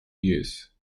years